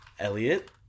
Elliot